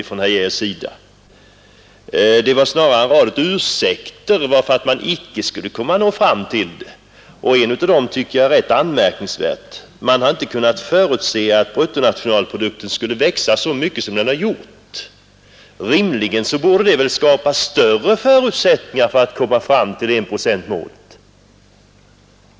Snarare förde han fram en rad av ursäkter för att vi icke skulle kunna nå fram till det, och en av dem tycker jag är rätt anmärkningsvärd; man har inte kunnat förutse att bruttonationalprodukten skulle växa så mycket som den gjort. Rimligen borde det väl skapa större förutsättningar för att komma fram till enprocentsmålet.